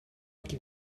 qu’il